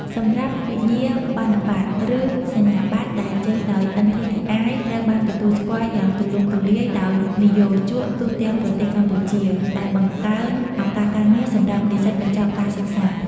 សម្រាប់វិញ្ញាបនបត្រ ឬសញ្ញាបត្រដែលចេញដោយ NTTI ត្រូវបានទទួលស្គាល់យ៉ាងទូលំទូលាយដោយនិយោជកទូទាំងប្រទេសកម្ពុជា ដែលបង្កើនឱកាសការងារសម្រាប់និស្សិតបញ្ចប់ការសិក្សា។